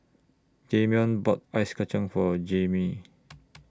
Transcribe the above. Damion bought Ice Kacang For Jammie